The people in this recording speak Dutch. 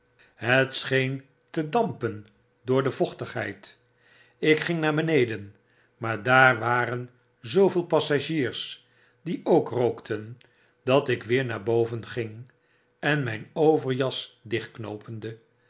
het scheen te dampen door de vochtigheid ik ging naar beneden maar daar waren zooveel passagiers die ook rookten dat ik weer naarboven ging en miin overjas dichtknoopende